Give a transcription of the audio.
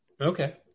okay